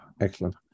excellent